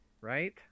right